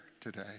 today